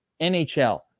NHL